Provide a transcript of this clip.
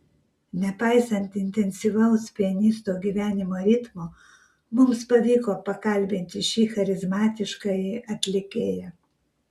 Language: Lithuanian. nepaisant intensyvaus pianisto gyvenimo ritmo mums pavyko pakalbinti šį charizmatiškąjį atlikėją